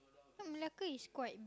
Malacca is quite